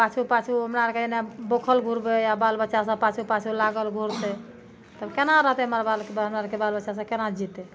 पाछू पाछू हमरा आर के जेना बौखल घुरबै आ बल बच्चा सब पाछू पाछू लागल घुरतै तब केना रहतै हमर बाल हमरा आरके बाल बच्चा सब केना जीतै